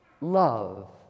love